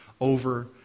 over